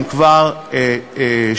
אם כבר שאלת.